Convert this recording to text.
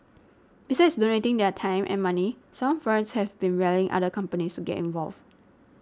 besides donating their time and money some firms have been rallying other companies to get involved